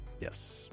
yes